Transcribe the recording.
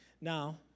Now